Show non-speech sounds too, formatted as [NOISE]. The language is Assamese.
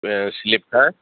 শ্লিপ খাই [UNINTELLIGIBLE]